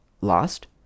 lost